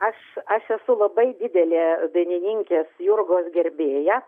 aš aš esu labai didelė dainininkės jurgos gerbėja